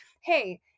hey